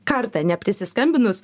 kartą neprisiskambinus